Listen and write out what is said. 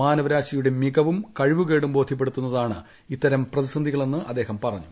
മാനവരാശിയുടെ മികവും കഴിവുകേടും ബോധ്യപ്പെടുത്തുന്നതാണ് ഇത്തരം പ്രതിസന്ധികളെന്ന് അദ്ദേഹം പറഞ്ഞു